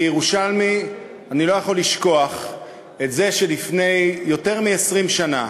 כירושלמי אני לא יכול לשכוח שלפני יותר מ-20 שנה,